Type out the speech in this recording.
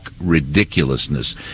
ridiculousness